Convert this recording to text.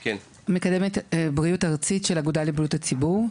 אני מקדמת בריאות ארצית באגודה לבריאות הציבור.